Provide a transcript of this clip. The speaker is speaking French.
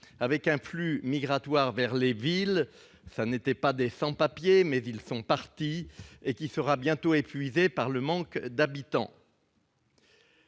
avec un flux migratoire vers les villes- ce n'étaient pas des sans-papiers, mais ils sont partis -, qui sera bientôt épuisé par manque d'habitants.